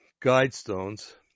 guidestones